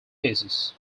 pieces